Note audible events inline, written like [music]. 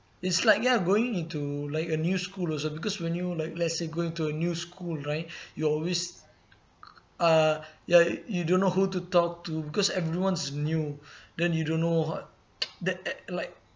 it's like ya going into like a new school also because when you like let's say go into a new school right [breath] you always [noise] uh ya you don't know who to talk to because everyone's new [breath] then you don't know what [noise] that at like